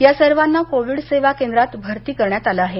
या सर्वांना कोविड सेवा केंद्रात भरती करण्यात आलं आहे